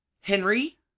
Henry